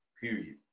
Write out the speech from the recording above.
Period